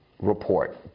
Report